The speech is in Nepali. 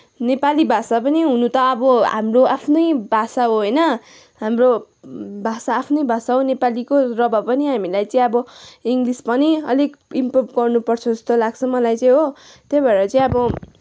नेपाली भाषा पनि हुनु त अब हाम्रो आफ्नै भाषा हो होइन हाम्रो भाषा आफ्नै भाषा हो नेपालीको र भए पनि हामी चाहिँ अब इङ्गलिस पनि अलिक इम्प्रुव गर्नुपर्छ जस्तो लाग्छ मलाई चाहिँ हो त्यही भएर चाहिँ अब